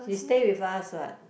she stay with us what